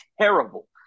terrible